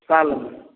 सालमे